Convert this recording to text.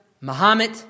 Muhammad